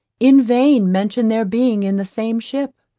in vain mention their being in the same ship,